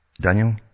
Daniel